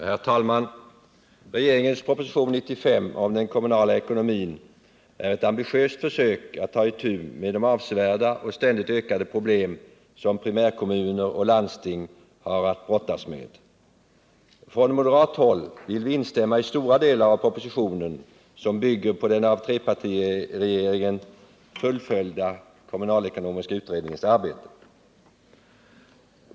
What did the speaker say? Herr talman! Regeringens proposition 95 om den kommunala ekonomin är ett ambitiöst försök att ta itu med de avsevärda och ständigt ökade problem som primärkommuner och landsting har att brottas med. Från moderat håll vill vi instämma i stora delar av propositionen, som bygger på den under trepartiregeringens tid fullbordade kommunalekonomiska utredningens arbete.